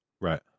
right